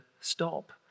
stop